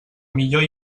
millor